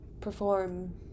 perform